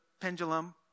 pendulum